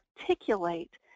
articulate